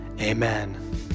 amen